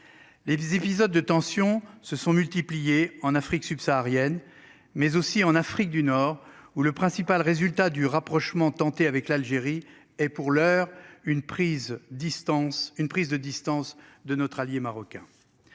Les épisodes de tension se sont multipliées en Afrique subsaharienne, mais aussi en Afrique du Nord ou le principal résultat du rapprochement tenté avec l'Algérie et pour l'heure une prise distance une prise de distance de notre allié marocain.